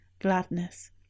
gladness